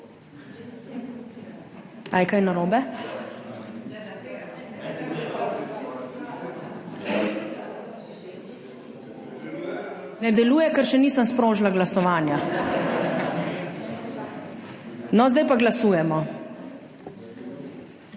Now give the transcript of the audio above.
iz dvorane./ Ne deluje, ker še nisem sprožila glasovanja. No, sedaj pa glasujemo.